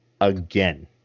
again